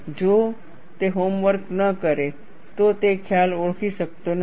જો તે તે હોમવર્ક ન કરે તો તે ખ્યાલ ઓળખી શકતો નથી